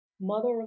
mother